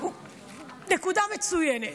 נקודה מצוינת.